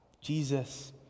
Jesus